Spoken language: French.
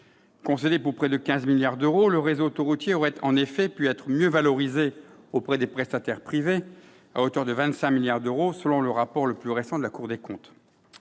Concédé pour près de 15 milliards d'euros, le réseau autoroutier aurait en effet pu être mieux valorisé auprès des prestataires privés : à hauteur de 25 milliards d'euros, selon le rapport le plus récent de la Cour des comptes.